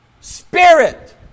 spirit